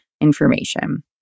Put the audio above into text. information